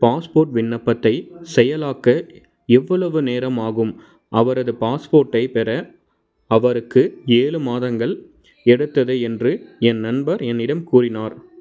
passport விண்ணப்பத்தைச் செயலாக்க எவ்வளவு நேரம் ஆகும் அவரது பாஸ்போர்ட்டை பெற அவருக்கு ஏழு மாதங்கள் எடுத்தது என்று என் நண்பர் என்னிடம் கூறினார்